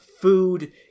food